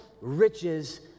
riches